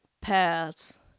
paths